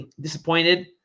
disappointed